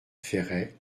ferret